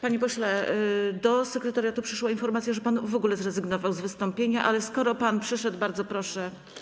Panie pośle, do sekretariatu przyszła informacja, że pan w ogóle zrezygnował z wystąpienia, ale skoro pan przyszedł, bardzo proszę.